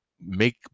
make